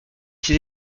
ses